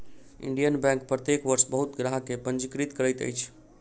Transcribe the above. Indian bank प्रत्येक वर्ष बहुत ग्राहक के पंजीकृत करैत अछि